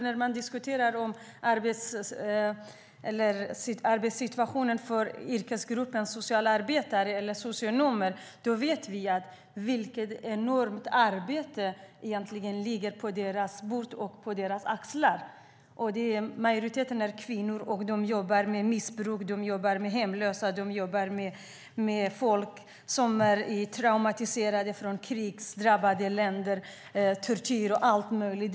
När vi diskuterar arbetssituationen för yrkesgruppen socialarbetare eller socionomer vet vi vilket enormt arbete som ligger på deras bord och på deras axlar. Majoriteten är kvinnor, och de jobbar med människor med missbruk, med hemlösa och med människor som är traumatiserade på grund av att de har kommit från krigsdrabbade länder, har drabbats av tortyr och så vidare.